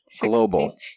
Global